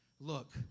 look